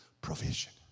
provision